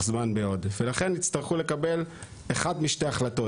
זמן מאוד ולכן יצטרכו לקבל אחד משתי החלטות.